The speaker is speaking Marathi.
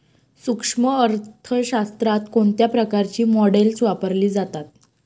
सूक्ष्म अर्थशास्त्रात कोणत्या प्रकारची मॉडेल्स वापरली जातात?